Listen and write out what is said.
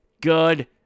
good